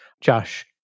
Josh